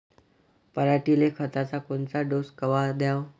पऱ्हाटीले खताचा कोनचा डोस कवा द्याव?